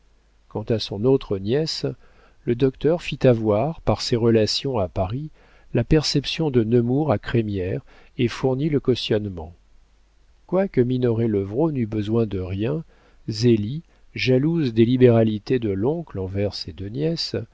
quant à son autre nièce le docteur fit avoir par ses relations à paris la perception de nemours à crémière et fournit le cautionnement quoique minoret levrault n'eût besoin de rien zélie jalouse des libéralités de l'oncle envers